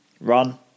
run